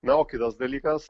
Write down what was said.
na o kitas dalykas